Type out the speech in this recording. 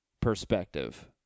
perspective